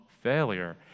failure